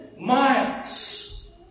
miles